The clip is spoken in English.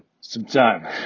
sometime